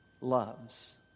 loves